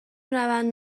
روند